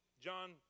John